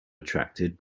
attracted